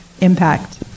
impact